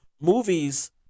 Movies